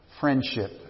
friendship